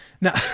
Now